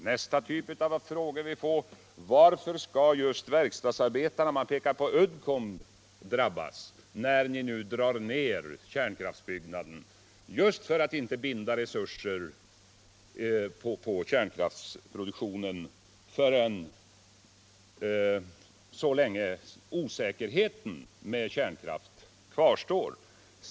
Nästa typ av frågor har följande innebörd: Varför skall just verkstadsarbetarna - och man pekar då på Uddcomb — drabbas när ni nu drar ner kärnkraftsbyggandet för att inte binda resurser i kärnkraftsproduktionen så länge osäkerheten med kärnkraften består?